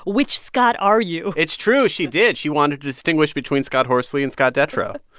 which scott are you? it's true. she did. she wanted to distinguish between scott horsley and scott detrow